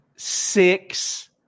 six